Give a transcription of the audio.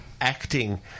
acting